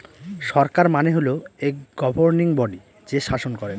সরকার মানে হল এক গভর্নিং বডি যে শাসন করেন